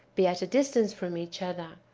be at a distance from each other,